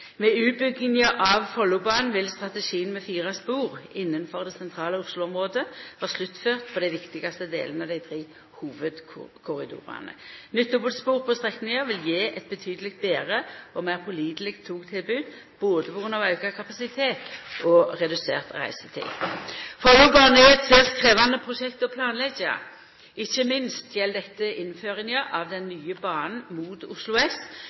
Med utbygginga av Follobanen vil strategien med fire spor innanfor det sentrale Oslo-området vera sluttført på dei viktigaste delane av dei tre hovudkorridorane. Nytt dobbeltspor på strekninga vil gje eit betydeleg betre og meir påliteleg togtilbod, på grunn av både auka kapasitet og redusert reisetid. Follobanen er eit særs krevjande prosjekt å planleggja, ikkje minst gjeld dette innføringa av den nye banen mot Oslo S